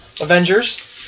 Avengers